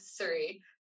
three